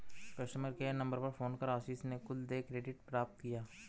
customer care number पर phone कर आशीष ने कुल देय क्रेडिट प्राप्त किया